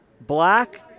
black